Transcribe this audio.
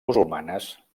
musulmanes